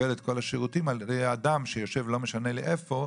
לקבל את כל השירותים על ידי אדם שיושב לא משנה לי איפה,